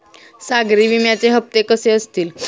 सागरी विम्याचे हप्ते कसे असतील?